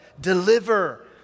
deliver